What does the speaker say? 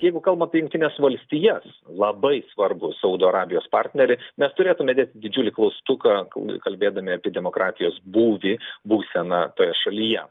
jeigu kalbam apie jungtines valstijas labai svarbų saudo arabijos partnerį mes turėtume dėti didžiulį klaustuką kal kalbėdami apie demokratijos būvį būseną toje šalyje